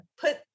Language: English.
put